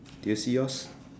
do you see yours